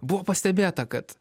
buvo pastebėta kad